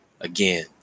Again